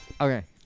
Okay